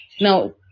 Now